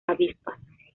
avispas